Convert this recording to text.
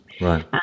Right